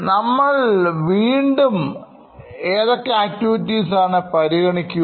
നമ്മൾ വീണ്ടും ഏതൊക്കെ ആക്ടിവിറ്റീസ് ആണ് പരിഗണിക്കുക